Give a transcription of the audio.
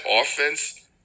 offense